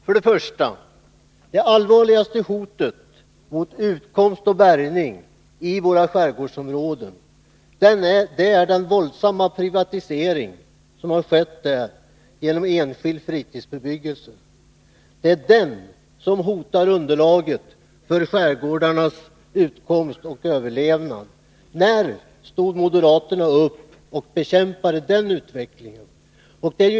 För det första är det allvarligaste hotet mot utkomst och bärgning i våra skärgårdsområden den våldsamma privatisering som har skett där genom enskild fritidsbebyggelse. Den hotar underlaget för skärgårdsbornas utkomst och överlevnad. När stod moderaterna upp och bekämpade den utvecklingen?